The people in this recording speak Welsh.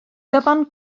gyfan